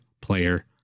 player